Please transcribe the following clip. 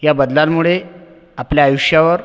या बदलांमुळे आपल्या आयुष्यावर